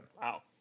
Wow